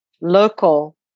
local